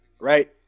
Right